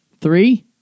Three